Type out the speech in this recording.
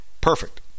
perfect